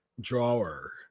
drawer